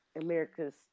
America's